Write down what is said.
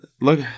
look